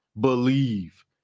believe